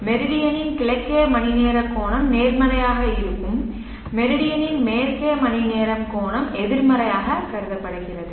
மெரிடியனின் கிழக்கே மணிநேர கோணம் நேர்மறையாக இருக்கும் மெரிடியனின் மேற்கே மணிநேர கோணம் எதிர்மறையாகக் கருதப்படுகிறது